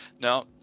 now